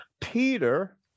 Peter